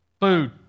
food